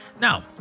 now